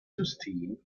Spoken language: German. system